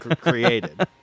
created